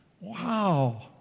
Wow